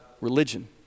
religion